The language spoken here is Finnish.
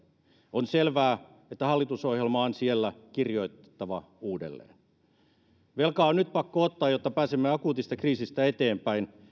on selvää että hallitusohjelma on siellä kirjoitettava uudelleen velkaa on nyt pakko ottaa jotta pääsemme akuutista kriisistä eteenpäin